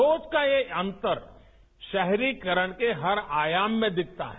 सोच का यह अंतर शहरीकरण के हर आयाम में दिखता है